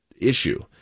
issue